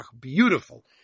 Beautiful